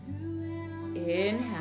inhale